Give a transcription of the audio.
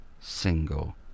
single